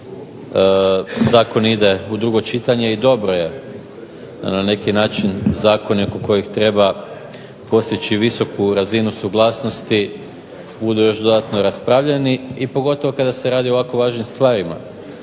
što zakon ide u drugo čitanje i dobro je da na neki način zakone oko kojih treba postići visoku razinu suglasnosti budu još dodatno raspravljeni i pogotovo kada se radi o ovako važnim stvarima